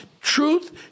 truth